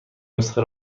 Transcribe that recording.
نسخه